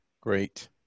Great